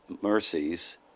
mercies